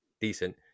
decent